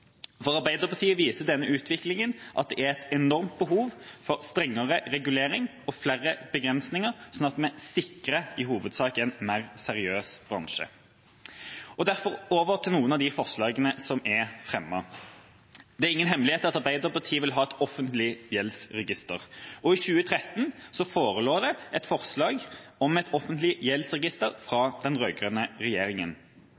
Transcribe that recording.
For Arbeiderpartiet viser denne utviklingen at det er et enormt behov for strengere regulering og flere begrensninger, slik at vi sikrer en i hovedsak mer seriøs bransje. Derfor, over til noen av de forslagene som er fremmet: Det er ingen hemmelighet at Arbeiderpartiet vil ha et offentlig gjeldsregister. I 2013 forelå et forslag om et offentlig gjeldsregister